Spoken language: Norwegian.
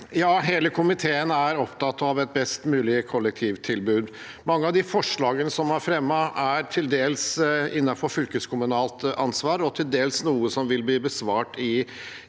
Hele komiteen er opp- tatt av et best mulig kollektivtilbud. Mange av de forslagene som er fremmet, er til dels innenfor fylkeskommunalt ansvar og til dels noe som vil bli besvart i